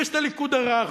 ויש הליכוד הרך,